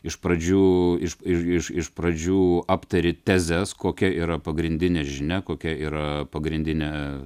iš pradžių iš iš pradžių aptari tezes kokia yra pagrindinė žinia kokia yra pagrindinė